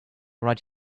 right